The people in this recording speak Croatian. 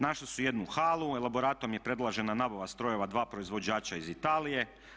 Našli su jednu halu, elaboratom je predložena nabava strojeva 2 proizvođača iz Italije.